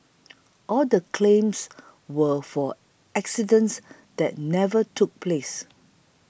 all the claims were for accidents that never took place